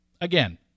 again